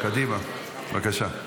קדימה, בבקשה.